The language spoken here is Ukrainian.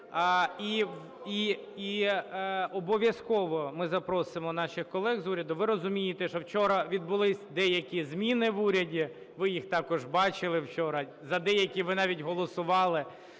І обов'язково ми запросимо наших колег з уряду. Ви розумієте, що вчора відбулись деякі зміни в уряді. Ви їх також бачили вчора. За деякі ви навіть голосували.